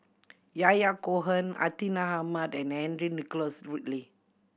Yahya Cohen Hartinah Ahmad and Henry Nicholas Ridley